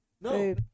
No